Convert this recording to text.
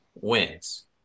wins